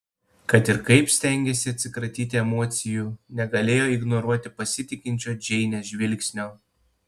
kad ir kaip stengėsi atsikratyti emocijų negalėjo ignoruoti pasitikinčio džeinės žvilgsnio